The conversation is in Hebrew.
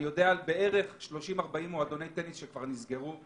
אני יודע על כ-30 40 מועדוני טניס שכבר נסגרו.